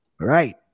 right